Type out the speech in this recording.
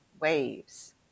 waves